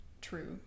true